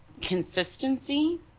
consistency